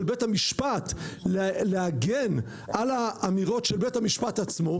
בית המשפט להגן על האמירות של בית המשפט עצמו,